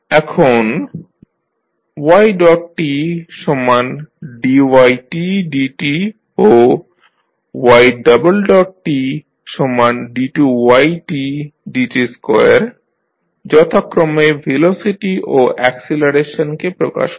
আমরা লিখতে পারি এখন যথাক্রমে ভেলোসিটি ও অ্যাকসিলারেশনকে প্রকাশ করে